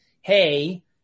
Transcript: hey